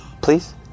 Please